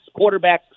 quarterbacks